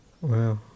Wow